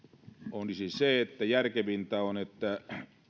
siis se että järkevintä on että